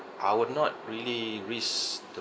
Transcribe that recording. I will not really risk the